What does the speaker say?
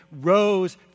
rose